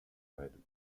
provided